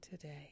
today